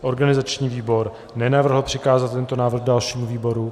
Organizační výbor nenavrhl přikázat tento návrh dalšímu výboru.